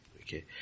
Okay